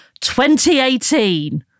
2018